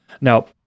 now